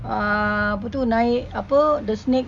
uh apa tu naik apa the snake